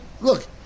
look